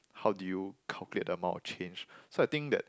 how did you calculate the amount of change so I think that